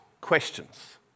questions